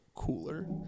cooler